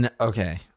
Okay